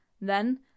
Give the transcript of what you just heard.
Then